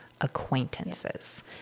acquaintances